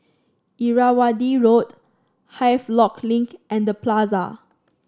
Irrawaddy Road Havelock Link and Plaza